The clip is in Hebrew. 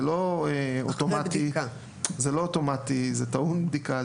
זה לא אוטומטי; זה טעון בדיקה.